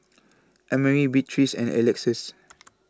Emery Beatriz and Alexus